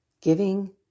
Giving